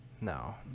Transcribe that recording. No